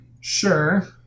Sure